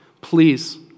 please